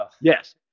Yes